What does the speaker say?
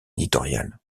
éditorial